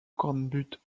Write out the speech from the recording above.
cornbutte